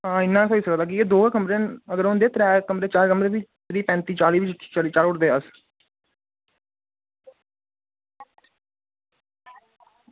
हां इन्ना गै थ्होई सकदा कि दो गै कमरे न अगर होंदे त्रै कमरे चार कमरे भी त्रीह् पैंती चाली चाढ़ी ओड़दे अस